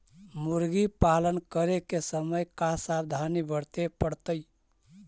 मुर्गी पालन करे के समय का सावधानी वर्तें पड़तई?